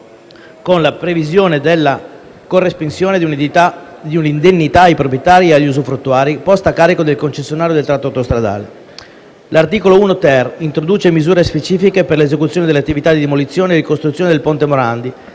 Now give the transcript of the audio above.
con la previsione della corresponsione di un’indennità ai proprietari e agli usufruttuari, posta a carico del concessionario del tratto autostradale. L’articolo 1-ter introduce misure specifiche per l’esecuzione delle attività di demolizione e ricostruzione del ponte Morandi